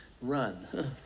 run